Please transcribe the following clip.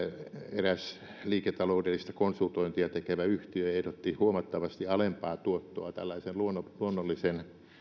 eräs liiketaloudellista konsultointia tekevä yhtiö ehdotti huomattavasti alempaa tuottoa tällaisen luonnollisen luonnollisen